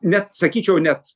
net sakyčiau net